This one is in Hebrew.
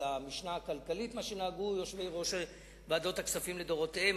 על המשנה הכלכלית שנהגו בה יושבי-ראש ועדות הכספים לדורותיהם,